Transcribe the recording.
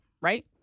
Right